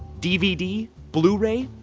dvd, blu-ray,